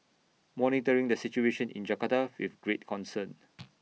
monitoring the situation in Jakarta with great concern